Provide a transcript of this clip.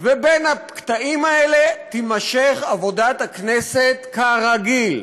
ובין הקטעים האלה תימשך עבודת הכנסת כרגיל.